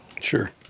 sure